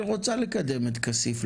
היא רוצה לקדם את כסיף.